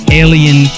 alien